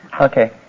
Okay